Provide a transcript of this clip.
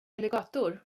alligator